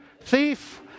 thief